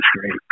great